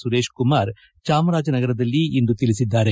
ಸುರೇಶ್ ಕುಮಾರ್ ಚಾಮರಾಜನಗರದಲ್ಲಿಂದು ತಿಳಿಸಿದ್ದಾರೆ